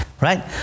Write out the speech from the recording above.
Right